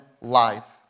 life